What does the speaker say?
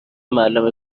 معلم